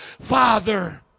father